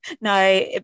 No